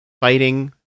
fighting